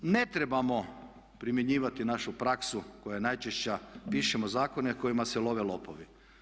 Ne trebamo primjenjivati našu praksu koja je najčešća, pišemo zakone kojima se love lopovi.